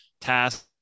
tasks